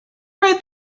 right